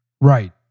Right